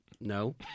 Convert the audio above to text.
No